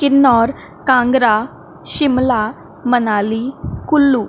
Kinnaur Kangra Shimla Manali Kullu